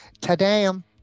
ta-dam